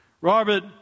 Robert